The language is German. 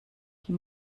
die